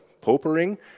Popering